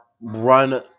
run